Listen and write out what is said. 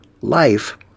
life